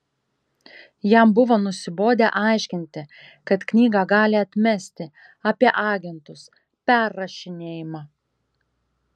jam buvo nusibodę aiškinti kad knygą gali atmesti apie agentus perrašinėjimą